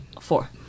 Four